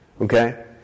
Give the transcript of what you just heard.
Okay